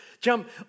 jump